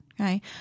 okay